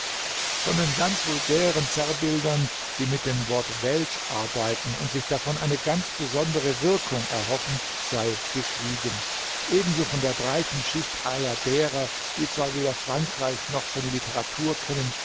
von den ganz vulgären zerrbildern die mit dem wort welsch arbeiten und sich davon eine ganz besondere wirkung erhoffen sei geschwiegen ebenso von der breiten schicht aller derer die zwar weder frankreich noch seine literatur kennen